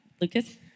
Lucas